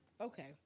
Okay